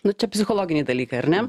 nu čia psichologiniai dalykai ar ne